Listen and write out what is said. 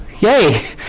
Yay